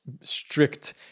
strict